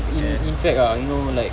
in in fact ah you know like